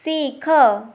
ଶିଖ